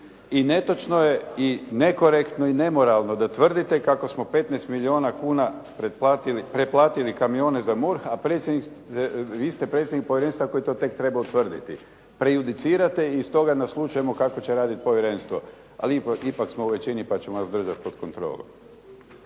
I netočno je i nekorektno i nemoralno da tvrdite kako smo 15 milijuna kuna pretplatili kamione za MORH a vi ste predsjednik Povjerenstva koji to tek treba utvrditi. Prejudicirate i iz toga naslućujemo kako će raditi povjerenstvo. Ali ipak smo u većini pa ćemo vas držati pod kontrolom.